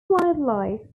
wildlife